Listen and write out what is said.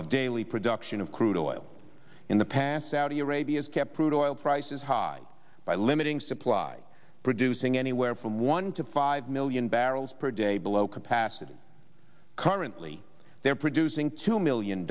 of daily production of crude oil in the past saudi arabia has kept crude oil prices high by limiting supply producing anywhere from one to five million barrels per day below capacity currently they're producing two million